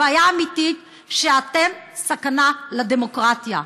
הבעיה האמיתית, שאתם סכנה לדמוקרטיה.